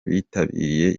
bitabiriye